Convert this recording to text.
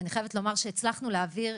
הצלחנו להעביר,